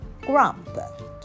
grump